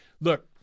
look